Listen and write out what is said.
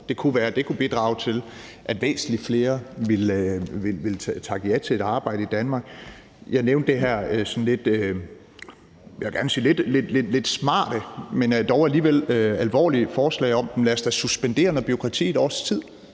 det kunne bidrage til, at væsentlig flere ville takke ja til et arbejde i Danmark, og jeg nævnte det her, jeg vil gerne sige sådan lidt smarte, men dog alligevel alvorlige forslag om at sige: Lad os da suspendere noget bureaukrati i et års tid.